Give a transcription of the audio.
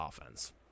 offense